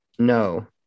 No